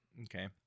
Okay